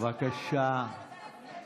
מגיעה לה הודעה אישית.